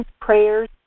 prayers